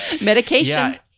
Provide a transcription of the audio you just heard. Medication